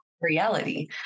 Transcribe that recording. reality